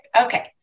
okay